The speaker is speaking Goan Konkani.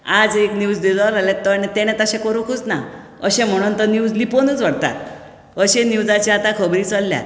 आयज एक न्यूज दिलो जाल्यार ताणें तशें करूंकच ना अशें म्हणून तो न्यूज लिपोवनच व्हरतात अशे न्युजाच्यो आतां खबरी चल्ल्यात